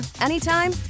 anytime